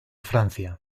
francia